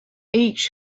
each